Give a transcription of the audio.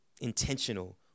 intentional